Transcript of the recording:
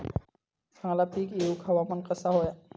चांगला पीक येऊक हवामान कसा होया?